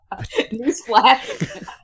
Newsflash